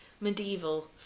medieval